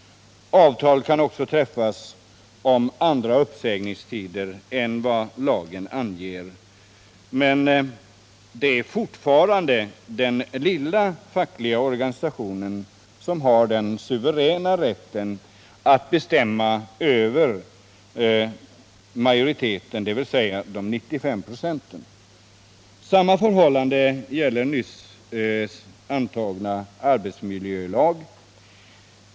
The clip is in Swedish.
Avtal kan också träffas om andra uppsägningstider än vad lagen anger, men det är fortfarande den lilla fackföreningen som har den suveräna rätten att bestämma över majoriteten, dvs. de 95 procenten. Samma förhållande gäller den nyligen antagna arbetsmiljölagen.